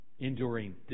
Enduring